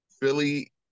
Philly